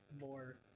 more